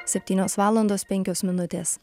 septynios valandos penkios minutės